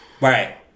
right